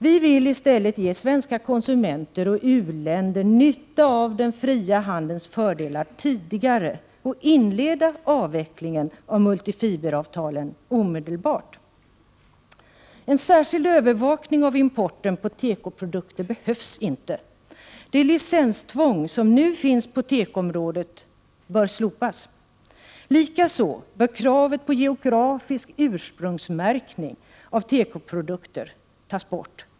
Vi vill i stället ge svenska konsumenter och u-länder nytta av den fria handelns fördelar tidigare och inleda avvecklingen av multifiberavtalen omedelbart. En särskild övervakning av importen av tekoprodukter behövs inte. Det licenstvång som nu finns på tekoområdet bör slopas. Likaså bör kravet på geografisk ursprungsmärkning av tekoprodukter tas bort.